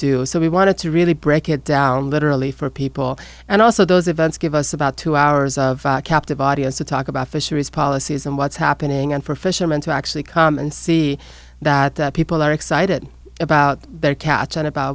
do so we wanted to really break it down literally for people and also those events give us about two hours of captive audience to talk about fisheries policies and what's happening and for fisherman to actually come and see that that people are excited about their cats and about